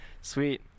Sweet